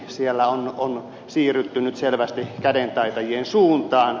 siellä on siirrytty nyt selvästi kädentaitajien suuntaan